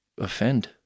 offend